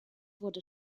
wurde